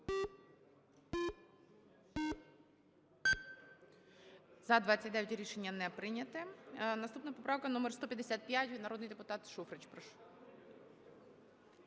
За-29 Рішення не прийняте. Наступна поправка - номер 155. Народний депутат Шуфрич, прошу.